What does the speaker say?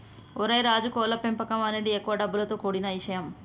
ఓరై రాజు కోళ్ల పెంపకం అనేది ఎక్కువ డబ్బులతో కూడిన ఇషయం